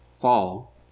fall